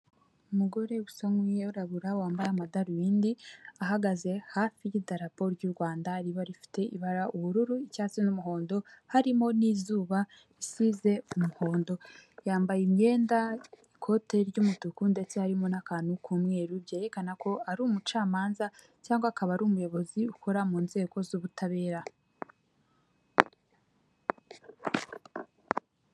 Umugore usa nuwirabura wambaye amadarubindi, ahagaze hafi y'idarapo ry'u Rwanda riba rifite ibara ubururu, icyatsi n'umuhondo, harimo n'izuba risize umuhondo. Yambaye imyenda ikote ry'umutuku ndetse ririmo n'akantu k'umweru, byerekana ko ari umucamanza cyangwa akaba ari umuyobozi ukora mu nzego z'ubutabera.